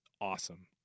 Awesome